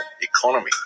economy